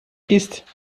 ist